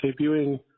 debuting